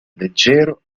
leggero